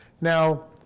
Now